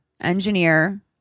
engineer